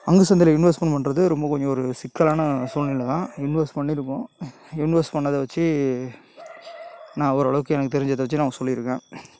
பங்கு சந்தையில் இன்வெஸ்மெண்ட் பண்ணுறது ரொம்ப கொஞ்சம் ஒரு சிக்கலான சூழ்நிலை தான் இன்வெஸ்ட் பண்ணிருப்போம் இன்வெஸ் பண்ணதை வச்சு நான் ஓரளவுக்கு எனக்கு தெரிஞ்சதை வச்சு நான் சொல்லிருக்கேன்